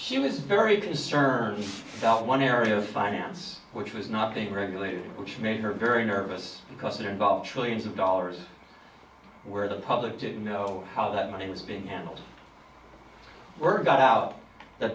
she was very concerned about one area of finance which was not being regulated which made her very nervous because it involved trillions of dollars where the public didn't know how that money was being handled we're got out th